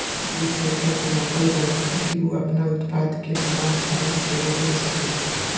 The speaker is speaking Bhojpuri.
एहिसे एकरा के नापल जाला ताकि उ आपना उत्पाद के बना चाहे सेवा दे सकेला